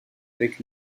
avec